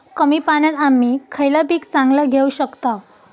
कमी पाण्यात आम्ही खयला पीक चांगला घेव शकताव?